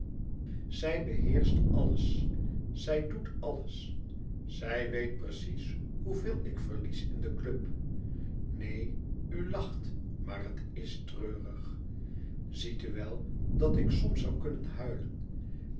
zij beheert alles zij doet alles zij weet precies hoeveel ik verlies in den club neen u lacht maar het is treurig ziet u wel dat ik soms zoû kunnen huilen